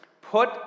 Put